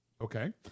Okay